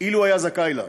אילו היה זכאי לה.